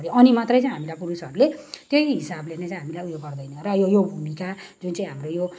अनि मात्र चाहिँ हामीलाई पुरुषहरूले त्यही हिसाबले नै चाहिँ हामीलाई उयो गर्दैन र यो यो भूमिका जुन चाहिँ हाम्रो यो